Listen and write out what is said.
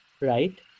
right